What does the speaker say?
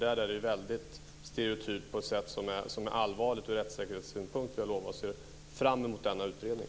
Där är det ju väldigt stereotypt på ett sätt som är allvarligt ur rättssäkerhetssynpunkt. Jag ser fram emot denna utredning.